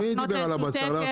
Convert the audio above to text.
מי דיבר על הבשר?